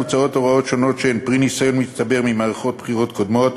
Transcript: מוצעות הוראות שונות שהן פרי ניסיון מצטבר ממערכות בחירות קודמות,